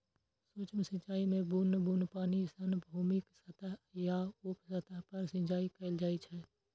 सूक्ष्म सिंचाइ मे बुन्न बुन्न पानि सं भूमिक सतह या उप सतह पर सिंचाइ कैल जाइ छै